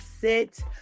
sit